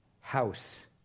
house